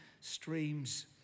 streams